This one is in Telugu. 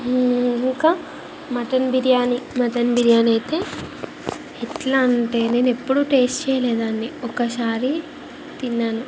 ఇంకా మటన్ బిర్యాని మటన్ బిర్యాని అయితే ఎట్లాంటే నేనెప్పుడూ టేస్ట్ చేయాలేదు దాన్ని ఒకసారి తిన్నాను